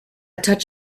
touch